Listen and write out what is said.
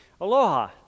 Aloha